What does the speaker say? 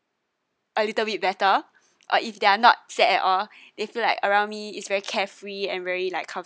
a little bit better or if they are not sad at all they feel like around me is very carefree and very like